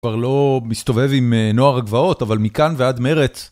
כבר לא מסתובב עם נוער הגבעות, אבל מכאן ועד מרצ..